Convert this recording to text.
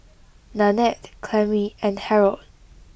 Nannette Clemmie and Harrold